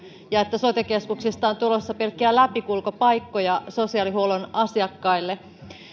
ja että sote keskuksista on tulossa pelkkiä läpikulkupaikkoja sosiaalihuollon asiakkaille